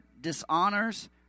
dishonors